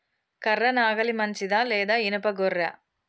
కర్ర నాగలి మంచిదా లేదా? ఇనుప గొర్ర?